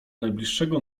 najbliższego